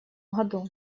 году